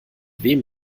wem